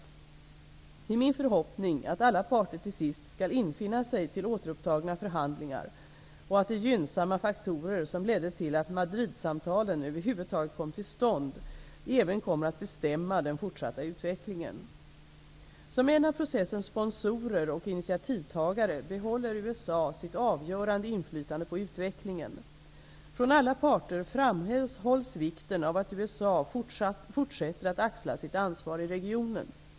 Det är min förhoppning att alla parter till sist skall infinna sig till återupptagna förhandlingar och att de gynnsamma faktorer som ledde till att Madridsamtalen över huvud taget kom till stånd även kommer att bestämma den fortsatta utvecklingen. Som en av processens sponsorer och initiativtagare behåller USA sitt avgörande inflytande på utvecklingen. Från alla parter framhålls vikten av att USA fortsätter att axla sitt ansvar i regionen.